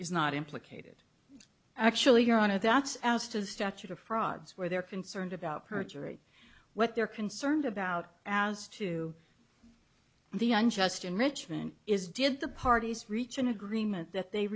is not implicated actually your honor that's as to the statute of frauds where they're concerned about perjury what they're concerned about as to the unjust enrichment is did the parties reach an agreement that they